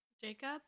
Jacob